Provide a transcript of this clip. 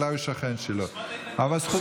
אולי הוא שכן שלו, תשמע את ההתנגדות, אבל זכותך